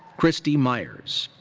kristie myers.